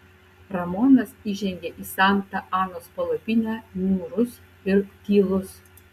ramonas įžengė į santa anos palapinę niūrus ir tylus